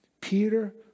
Peter